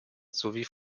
sowie